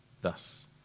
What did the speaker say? thus